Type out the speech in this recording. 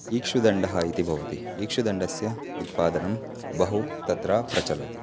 इक्षुदण्डः इति भवति इक्षुदण्डस्य उत्पादनं बहु तत्र प्रचलति